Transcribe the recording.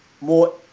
more